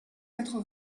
quatre